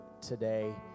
today